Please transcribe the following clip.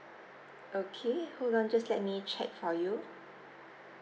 okay hold on just let me check for you